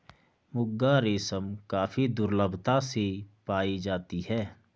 मुगा रेशम काफी दुर्लभता से पाई जाती है